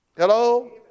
Hello